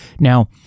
Now